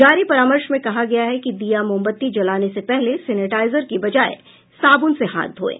जारी परामर्श में कहा गया है कि दीया मोमबत्ती जलाने से पहले सेनेटाइजर की बजाय साबून से हाथ धोयें